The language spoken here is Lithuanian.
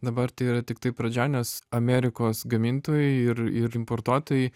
dabar tai yra tiktai pradžia nes amerikos gamintojai ir ir importuotojai